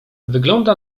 wygląda